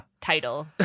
title